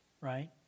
right